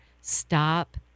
Stop